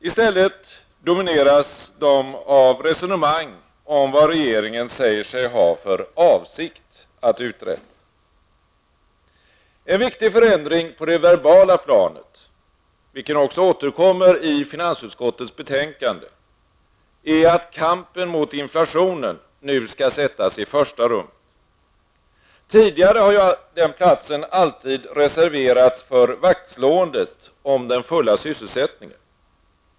I stället domineras de av resonemang om vad regeringen säger sig ha för avsikt att uträtta. En viktig förändring på det verbala planet, vilket också återkommer i finansutskottets betänkande, är att kampen mot inflationen nu skall sättas i första rummet. Tidigare har den platsen alltid reserverats för vaktslåendet om den fulla sysselsättningen.